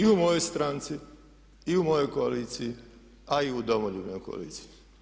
I u mojoj stranci i u mojoj koaliciji a i u Domoljubnoj koaliciji.